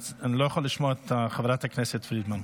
אני לא יכול לשמוע את חברת הכנסת פרידמן.